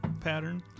pattern